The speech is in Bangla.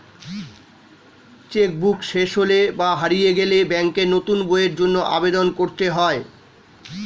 চেক বুক শেষ হলে বা হারিয়ে গেলে ব্যাঙ্কে নতুন বইয়ের জন্য আবেদন করতে হয়